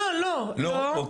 לא, לא, לא.